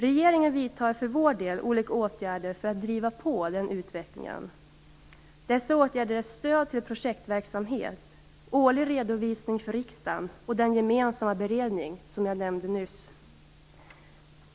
Regeringen vidtar för sin del olika åtgärder för att driva på den utvecklingen. Dessa åtgärder är stöd till projektverksamhet, årlig redovisning för riksdagen och den gemensamma beredning som jag nämnde nyss.